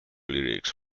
lyrics